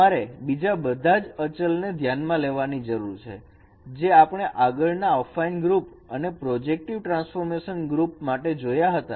તમારે બીજા બધા જ અચલને ધ્યાનમાં લેવાની જરૂર છે જે આપણે આગળ અફાઈન ગ્રુપ અને પ્રોજેક્ટિવ ટ્રાન્સફોર્મેશન ગ્રુપ માટે જોયા હતા